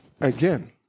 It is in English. again